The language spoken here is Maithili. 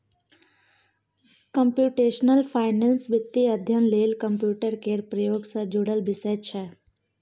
कंप्यूटेशनल फाइनेंस वित्तीय अध्ययन लेल कंप्यूटर केर प्रयोग सँ जुड़ल विषय छै